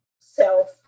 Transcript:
self